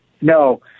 No